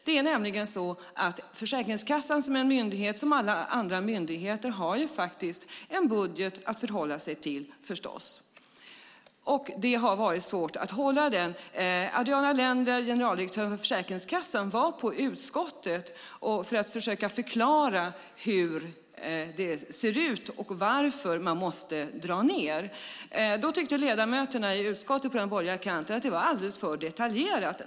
Det är nämligen så att Försäkringskassan som alla andra myndigheter förstås har en budget att förhålla sig till, och det har varit svårt att hålla den. Adriana Lender, generaldirektör för Försäkringskassan, var i utskottet för att försöka förklara hur det ser ut och varför man måste dra ned. Då tyckte ledamöterna på den borgerliga kanten i utskottet att det var alldeles för detaljerat.